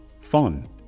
fun